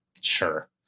sure